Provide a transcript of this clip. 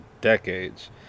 decades